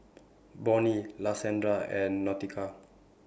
Bonnie Lashanda and Nautica